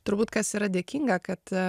turbūt kas yra dėkinga kad